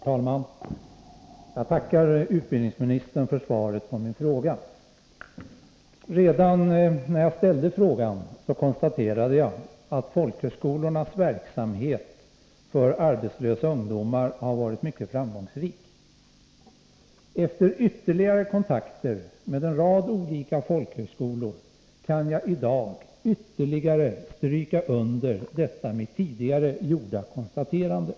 Herr talman! Jag tackar utbildningsministern för svaret på min fråga. Redan när jag ställde frågan konstaterade jag att folkhögskolornas verksamhet för arbetslösa ungdomar har varit mycket framgångsrik. Efter ytterligare kontakter med en rad olika folkhögskolor kan jag i dag stryka under detta mitt tidigare konstaterande.